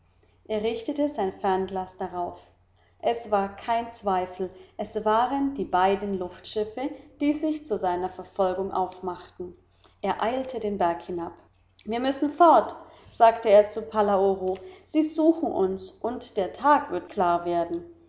er richtete sein fernglas darauf es war kein zweifel es waren die beiden luftschiffe die sich zu seiner verfolgung aufmachten er eilte den berg hinab wir müssen fort sagte er zu palaoro sie suchen uns und der tag wird klar werden